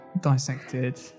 dissected